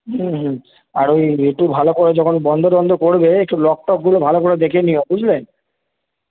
হুম হুম আর ওই একটু ভালো করে যখন বন্ধ টন্ধ করবে একটু লক টকগুলো ভালো করে দেখে নিও বুঝলে